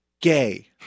gay